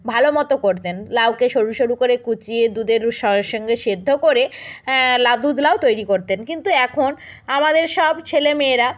ভালোমতো করতেন লাউকে সরু সরু করে কুঁচিয়ে দুধের সঙ্গে সেদ্ধ করে লাউ দুধ লাউ তৈরি করতেন কিন্তু এখন আমাদের সব ছেলে মেয়েরা